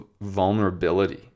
vulnerability